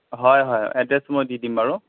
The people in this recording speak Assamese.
হয় হয় এড্ৰেছটো মই দি দিম বাৰু